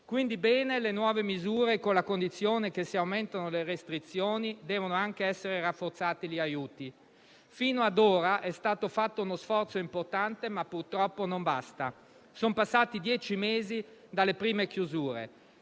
quindi, le nuove misure con la condizione che, se aumentano le restrizioni, devono anche essere rafforzati gli aiuti. Fino ad ora è stato fatto uno sforzo importante, ma purtroppo non basta. Sono passati dieci mesi dalle prime chiusure,